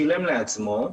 שילם לעצמו.